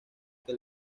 que